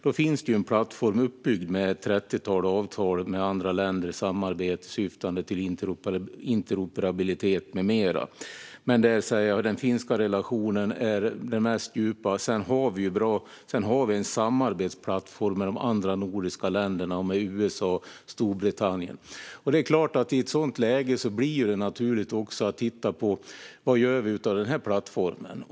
Det finns ju en uppbyggd plattform med ett trettiotal avtal med andra länder i samarbete syftande till interoperabilitet med mera, där den finska relationen är den djupaste. Vi har även en samarbetsplattform med de andra nordiska länderna, USA och Storbritannien. I ett sådant läge blir det naturligt att titta på vad vi gör av denna plattform.